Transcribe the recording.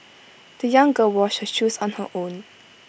the young girl washed her shoes on her own